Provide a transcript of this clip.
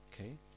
Okay